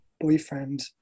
boyfriend